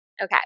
Okay